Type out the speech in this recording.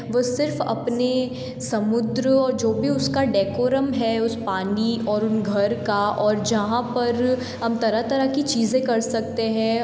वो सिर्फ़ अपने समुद्र और जो भी उसका डेकोरम है उस पानी और उन घर का और जहाँ पर हम तरह तरह की चीजे़ें कर सकते हैं